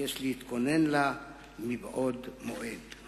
שיש להתכונן לה מבעוד מועד.